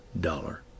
dollar